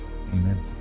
Amen